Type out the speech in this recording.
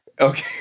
okay